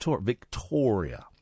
Victoria